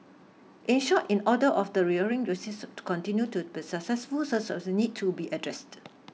in short in order of the to continue to be successful such need to be addressed